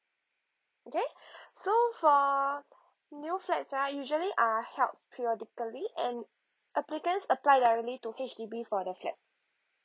okay so for new flats right usually are held periodically and applicants apply directly to H_D_B for the flat